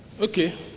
Okay